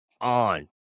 on